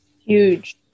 Huge